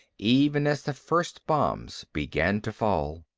even as the first bombs began to fall.